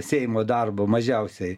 seimo darbo mažiausiai